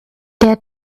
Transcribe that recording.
der